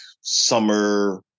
summer